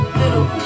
little